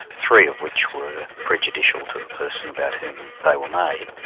three of which were prejudicial to the person about whom they were made.